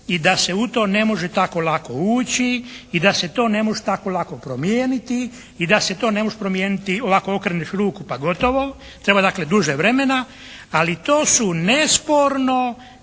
i da se u to ne može tako lako ući i da se to ne može tako lako promijeniti i da se to ne može promijeniti ovako okreneš ruku pa gotovo, treba dakle duže vremena, ali to su nesporno